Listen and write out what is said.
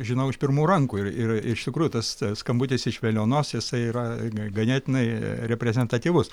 žinau iš pirmų rankų ir ir iš tikrųjų tas ska skambutis iš veliuonos jisai yra ganėtinai reprezentatyvus